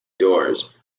doors